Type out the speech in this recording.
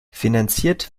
finanziert